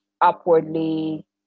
upwardly